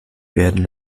werden